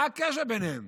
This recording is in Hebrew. מה הקשר ביניהם?